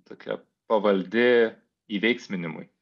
tokia pavaldi įveiksminimui